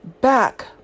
Back